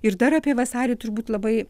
ir dar apie vasarį turbūt labai